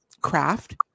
craft